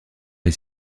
est